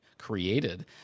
created